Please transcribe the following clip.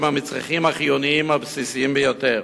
הם מהמצרכים החיוניים הבסיסיים ביותר,